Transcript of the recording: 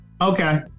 Okay